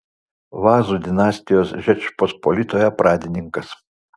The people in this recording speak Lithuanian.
vazų dinastijos žečpospolitoje pradininkas